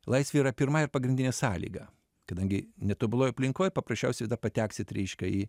laisvė yra pirma ir pagrindinė sąlyga kadangi netobuloj aplinkoj paprasčiausiai pateksit reiškia į